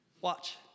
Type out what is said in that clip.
Watch